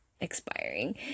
expiring